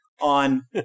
on